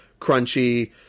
crunchy